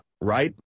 right